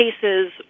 cases